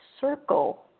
circle